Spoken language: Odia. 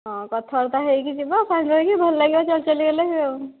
ହଁ କଥାବାର୍ତ୍ତା ହୋଇକି ଯିବା ସାଙ୍ଗ ହୋଇକି ଭଲ ଲାଗିବ ଚାଲି ଚାଲି ଗଲେ ଆଉ